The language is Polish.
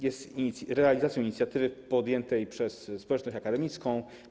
Jest realizacją inicjatywy podjętej przez społeczność akademicką.